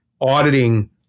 auditing